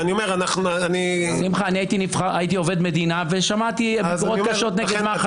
אני הייתי עובד מדינה ושמעתי אמרות קשות נגד מח"ש,